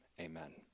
Amen